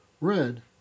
Red